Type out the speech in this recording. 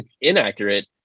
inaccurate